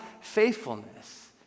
faithfulness